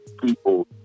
people